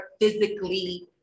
physically